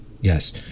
Yes